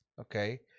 okay